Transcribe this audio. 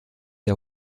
der